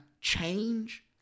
change